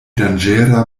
danĝera